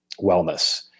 wellness